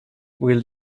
will